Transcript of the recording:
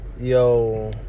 Yo